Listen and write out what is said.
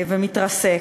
ומתרסק.